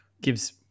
gives